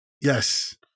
yes